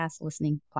listening